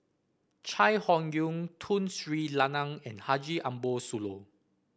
Chai Hon Yoong Tun Sri Lanang and Haji Ambo Sooloh